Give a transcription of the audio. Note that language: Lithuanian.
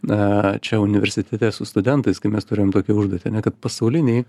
na čia universitete su studentais kai mes turim tokią užduotį ane kad pasauliniai